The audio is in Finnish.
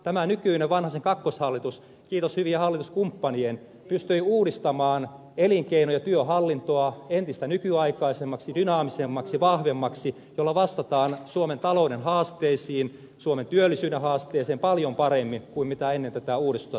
tämä nykyinen hallitus vanhasen kakkoshallitus kiitos hyvien hallituskumppanien pystyi uudistamaan elinkeino ja työhallintoa entistä nykyaikaisemmaksi dynaamisemmaksi vahvemmaksi niin että vastataan suomen talouden haasteisiin suomen työllisyyden haasteeseen paljon paremmin kuin ennen tätä uudistusta tehtiin